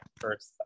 first